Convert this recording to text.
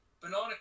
Banana